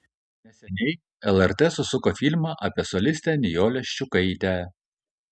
neseniai lrt susuko filmą apie solistę nijolę ščiukaitę